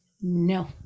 No